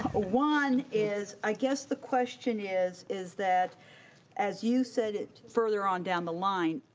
one is, i guess the question is is that as you said it further on down the line,